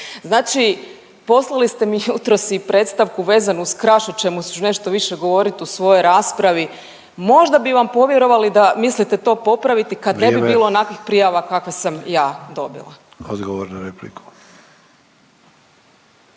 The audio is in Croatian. Znači poslali ste mi jutros i predstavku vezano uz Kraš, o čemu ću nešto više govoriti u svojoj raspravi. Možda bi vam povjerovali da mislite to popraviti kad ne bi bilo … .../Upadica: Vrijeme./... … onakvih